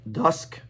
dusk